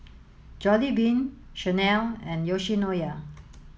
Jollibean Chanel and Yoshinoya